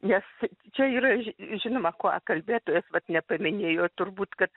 nes čia yra žinoma ko kalbėtojas vat nepaminėjo turbūt kad